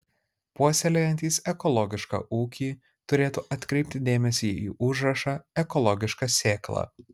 puoselėjantys ekologišką ūkį turėtų atkreipti dėmesį į užrašą ekologiška sėkla